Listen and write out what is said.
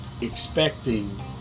expecting